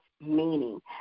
meaning